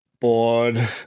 bored